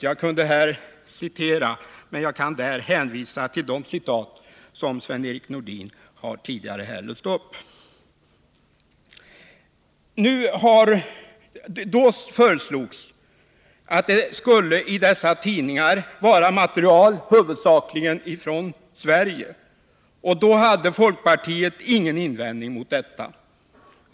Jag kunde också citera här, men jag skall i stället hänvisa till de citat som Sven-Erik Nordin tidigare har läst upp. Det föreslogs att dessa tidningar 105 skulle innehålla material som huvudsakligen kom från Sverige, och folkpartiet hade då ingen invändning mot detta.